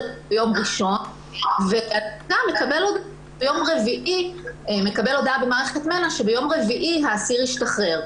יום ראשון והאדם מקבל הודעה במערכת מנע שביום רביעי העציר ישתחרר.